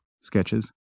sketches